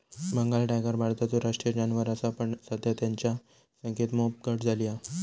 Bengal tiger भारताचो राष्ट्रीय जानवर असा पण सध्या तेंच्या संख्येत मोप घट झाली हा